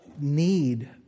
need